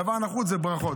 זה דבר נחוץ, וברכות.